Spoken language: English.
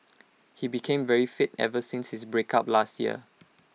he became very fit ever since his breakup last year